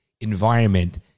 environment